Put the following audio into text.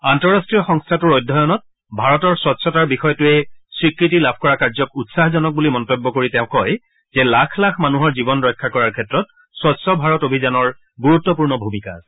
আন্তঃৰট্টীয় সংস্থাটোৰ অধ্যয়নত ভাৰতৰ স্বচ্ছতাৰ বিষয়টোৱে স্বীকৃতি লাভ কৰা কাৰ্যক উৎসাহজনক বুলি মন্তব্য কৰি তেওঁ কয় যে লাখ লাখ মানুহৰ জীৱন ৰক্ষা কৰাৰ ক্ষেত্ৰত স্বচ্ছ ভাৰত অভিযানৰ গুৰুত্বপূৰ্ণ ভূমিকা আছে